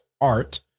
art